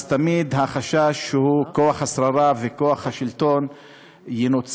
אז תמיד החשש הוא שכוח השררה וכוח השלטון ינוצל,